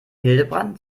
hildebrand